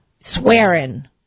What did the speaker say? swearing